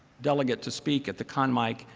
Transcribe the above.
delegate to speak at the con mic.